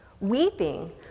weeping